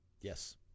Yes